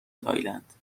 تایلند